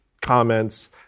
comments